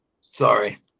Sorry